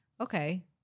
Okay